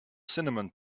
cinnamon